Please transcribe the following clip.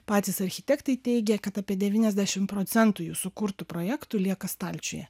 patys architektai teigia kad apie devyniasdešimt procentų jų sukurtų projektų lieka stalčiuje